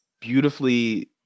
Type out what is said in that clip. beautifully